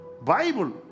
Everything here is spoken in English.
Bible